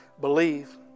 believe